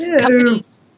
Companies